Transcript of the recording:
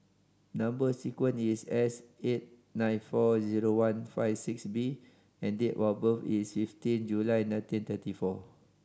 number sequence is S eight nine four zero one five six B and date of birth is fifteen July nineteen thirty four